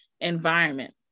environment